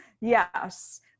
Yes